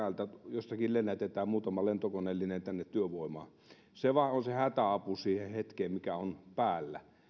jostakin lennätetään muutama lentokoneellinen tänne työvoimaa se on vain hätäapu siihen hetkeen mikä on päällä